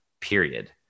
period